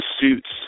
suits